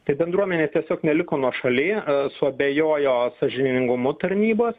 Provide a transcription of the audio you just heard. tik bendruomenė tiesiog neliko nuošalyje suabejojo sąžiningumu tarnybos